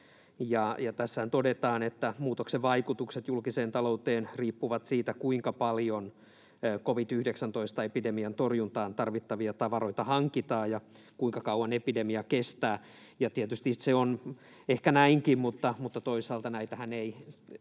Tässähän todetaan, että muutoksen vaikutukset julkiseen talouteen riippuvat siitä, kuinka paljon covid-19-epidemian torjuntaan tarvittavia tavaroita hankitaan ja kuinka kauan epidemia kestää. Tietysti se on ehkä näinkin, mutta toisaalta näitähän ei